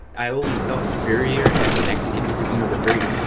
i always felt inferior as a mexican because you know, they're very,